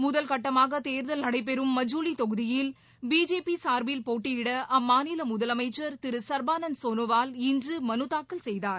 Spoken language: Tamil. முதல் கட்டமாகதேர்தல் நடைபெறும் மஜூலி தொகுதியில் பிஜேபி சார்பில் போட்டியிட அம்மாநில முதலமைச்சர் திரு சர்பானந்த சோனோவால் இன்று மனுத் தாக்கல் செய்தார்